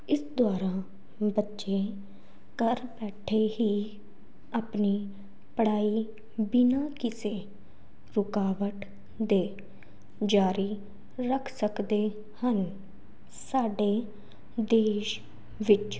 ਇਸ ਦੁਆਰਾ ਬੱਚੇ ਘਰ ਬੈਠੇ ਹੀ ਆਪਣੀ ਪੜ੍ਹਾਈ ਬਿਨਾਂ ਕਿਸੇ ਰੁਕਾਵਟ ਦੇ ਜਾਰੀ ਰੱਖ ਸਕਦੇ ਹਨ ਸਾਡੇ ਦੇਸ਼ ਵਿੱਚ